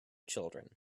children